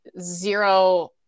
zero